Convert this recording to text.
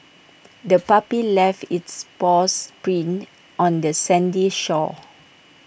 the puppy left its paw sprints on the sandy shore